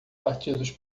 partidos